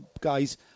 guys